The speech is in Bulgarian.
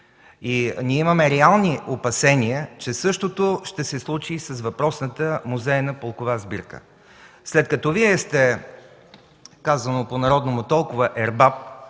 Ние имаме реални опасения, че същото ще се случи и с въпросната музейна полкова сбирка. След като Вие сте, казано по народному, толкова ербап